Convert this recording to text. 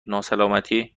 ناسلامتی